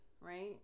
right